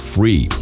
Free